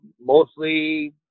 mostly